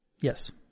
Yes